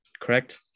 correct